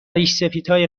ریشسفیدهای